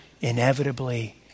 inevitably